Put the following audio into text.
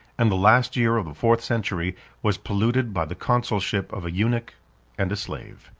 and the last year of the fourth century was polluted by the consulship of a eunuch and a slave.